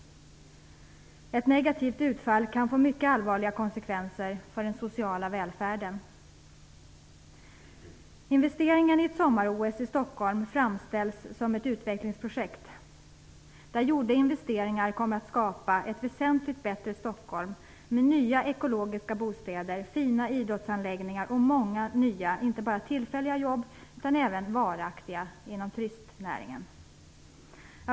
Ett negativt utfall kan få mycket allvarliga konsekvenser för den sociala välfärden. Investeringen i ett sommar-OS i Stockholm framställs som ett utvecklingsprojekt där gjorda investeringar kommer att skapa ett väsentligt bättre Stockholm med nya ekologiska bostäder, fina idrottsanläggningar och många nya jobb inom turistnäringen, inte bara tillfälliga utan även varaktiga.